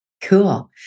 Cool